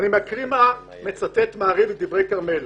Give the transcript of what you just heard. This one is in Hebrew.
אני מקריא מה מצטט מעריב מדברי כרמלה: